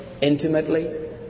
intimately